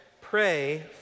Pray